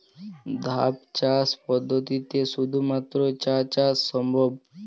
ধাপ চাষ পদ্ধতিতে শুধুমাত্র চা চাষ সম্ভব?